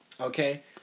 Okay